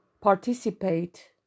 participate